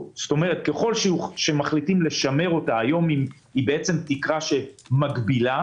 ככל שמחליטים לשמר אותה היום היא תקרה שמגבילה